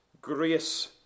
grace